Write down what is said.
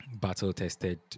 Battle-tested